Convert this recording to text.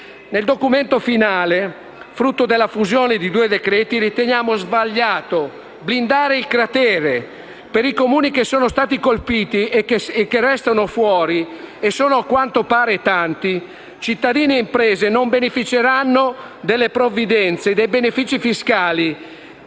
Nel documento finale, frutto della fusione di due decreti-legge, riteniamo sbagliato blindare il cratere. Per i Comuni che sono stati colpiti e che restano fuori (a quanto pare, tanti) cittadini e imprese non beneficeranno delle provvidenze e dei benefici fiscali